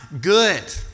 good